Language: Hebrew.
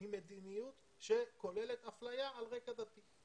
היא מדיניות שכוללת אפליה על רקע דתי.